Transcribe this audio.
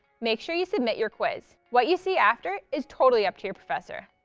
make sure you submit your quiz. what you see after is totally up to your professor.